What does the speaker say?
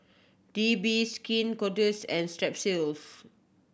B D Skin Ceuticals and Strepsils